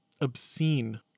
obscene